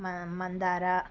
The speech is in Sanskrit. म मन्दारा